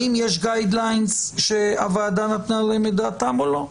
האם יש קווים מנחים שהוועדה נתנה עליהם את דעתה או לא.